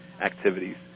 activities